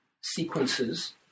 sequences